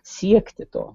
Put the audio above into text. siekti to